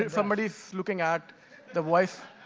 and somebody's looking at the voice.